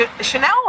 Chanel